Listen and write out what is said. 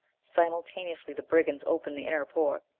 simultaneously the brigands opened the inner port.